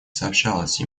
сообщалось